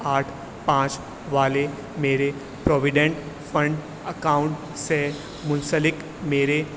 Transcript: آٹھ پانچ والے میرے پروویڈنٹ فنڈ اکاؤنٹ سے منسلک میرے